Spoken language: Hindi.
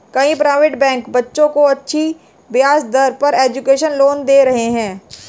कई प्राइवेट बैंक बच्चों को अच्छी ब्याज दर पर एजुकेशन लोन दे रहे है